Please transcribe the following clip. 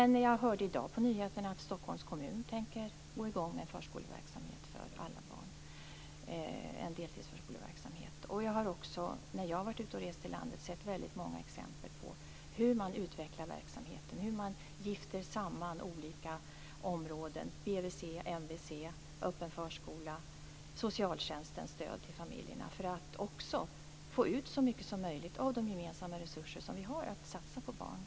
I dag hörde jag på nyheterna att Stockholms kommun tänker gå i gång med en deltidsförskoleverksamhet för alla barn. När jag rest ute i landet har jag sett många exempel på hur man utvecklar verksamheten, hur man gifter samman olika områden - BVC, MVC, öppna förskolan och socialtjänstens stöd till familjerna - för att få ut så mycket som möjligt av de gemensamma resurser som vi har för att satsa på barn.